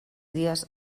dies